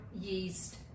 yeast